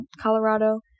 Colorado